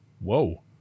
Whoa